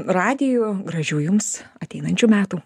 radiju gražių jums ateinančių metų